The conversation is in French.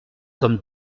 comme